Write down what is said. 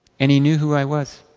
and he knew who i was.